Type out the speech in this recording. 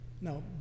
Now